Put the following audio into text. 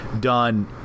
done